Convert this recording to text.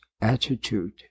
attitude